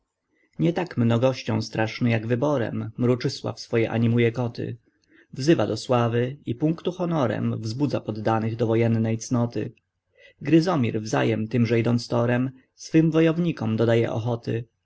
nie tak mnogością straszny jak wyborem mruczysław swoje animuje koty wzywa do sławy i punktu honorem wzbudza poddanych do wojennej cnoty gryzomir wzajem tymże idąc torem swym wojownikom dodaje ochoty